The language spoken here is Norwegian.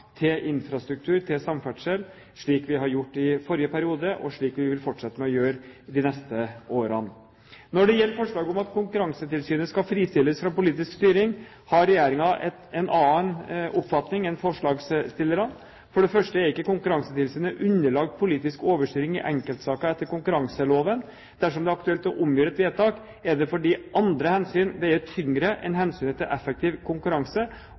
til infrastruktur – til samferdsel – slik vi har gjort i forrige periode og slik vi vil fortsette å gjøre i de neste årene. Når det gjelder forslaget om at Konkurransetilsynet skal fristilles fra politisk styring, har regjeringen en annen oppfatning enn forslagsstillerne. For det første er ikke Konkurransetilsynet underlagt politisk overstyring i enkeltsaker etter konkurranseloven. Dersom det er aktuelt å omgjøre et vedtak, er det fordi andre hensyn veier tyngre enn hensynet til effektiv konkurranse,